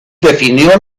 definió